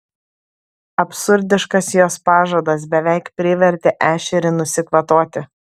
absurdiškas jos pažadas beveik privertė ešerį nusikvatoti